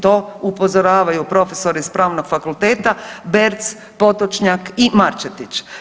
To upozoravaju profesori s pravnog fakulteta Berc, Potočnjak i Marčetić.